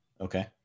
okay